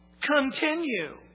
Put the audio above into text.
continue